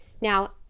Now